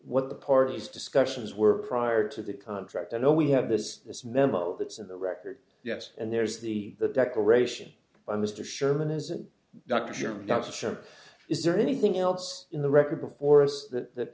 what the parties discussions were prior to the contract i know we have this this memo that's in the record yes and there's the declaration by mr show and isn't dr germ ducks or is there anything else in the record before us that